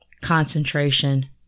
concentration